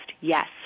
yes